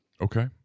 Okay